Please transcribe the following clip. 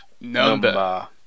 number